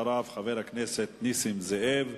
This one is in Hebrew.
אחריו, חבר הכנסת נסים זאב,